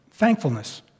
thankfulness